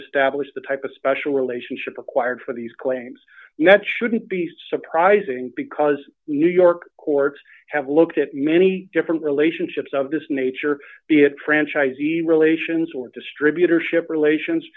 establish the type of special relationship required for these claims and that shouldn't be surprising because new york courts have looked at many different relationships of this nature be it franchisee relations or distributorship relations